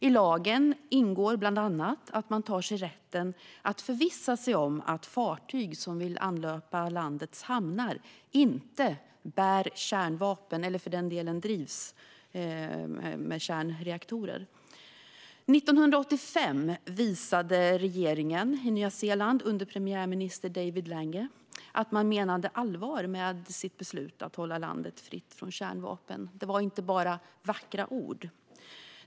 I lagen ingår bland annat att man tar sig rätten att förvissa sig om att fartyg som vill anlöpa landets hamnar inte bär kärnvapen eller drivs med kärnreaktorer. År 1985 visade regeringen i Nya Zeeland, under premiärminister David Lange, att man menade allvar med sitt beslut att hålla landet fritt från kärnvapen; det var inte bara vackra ord.